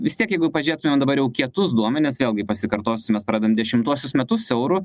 vis tiek jeigu pažiūrėtumėm dabar jau kietus duomenis vėlgi pasikartosiu mes pradedam dešimtuosius metus eurų